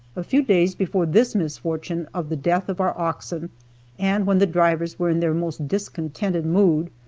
a few days before this misfortune of the death of our oxen and when the drivers were in their most discontented mood,